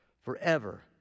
forever